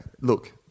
look